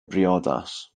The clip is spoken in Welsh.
briodas